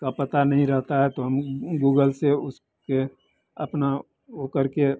का पता नहीं रहता है तो हम गूगल से उसके अपना वह करके